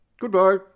Goodbye